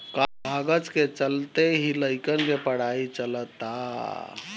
कागज के चलते ही लइकन के पढ़ाई चलअता